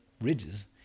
ridges